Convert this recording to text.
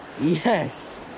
yes